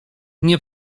nie